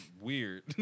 weird